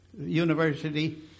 University